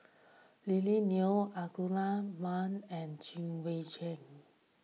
Lily Neo Ahmad Daud and Chwee Chian